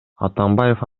атамбаев